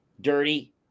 dirty